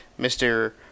Mr